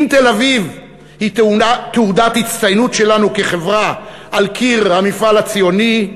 אם תל-אביב היא תעודת הצטיינות שלנו כחברה על קיר המפעל הציוני,